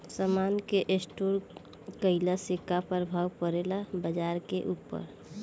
समान के स्टोर काइला से का प्रभाव परे ला बाजार के ऊपर?